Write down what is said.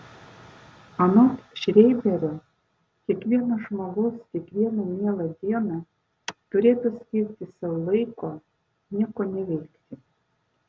anot šreiberio kiekvienas žmogus kiekvieną mielą dieną turėtų skirti sau laiko nieko neveikti